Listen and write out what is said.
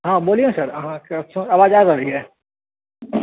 हँ बोलिए ने सर अहाँकेँ आवाज आ रहल यऽ